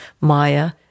Maya